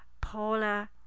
Paula